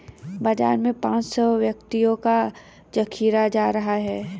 बाजार में पांच सौ व्यक्तियों का जखीरा जा रहा है